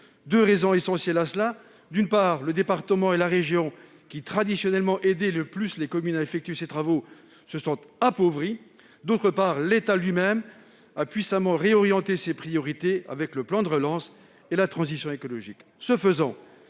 deux raisons essentielles. D'une part, le département et la région, qui traditionnellement aidaient le plus les communes à effectuer ces travaux, se sont appauvris. D'autre part, l'État a puissamment réorienté ses priorités avec le plan de relance et la transition écologique.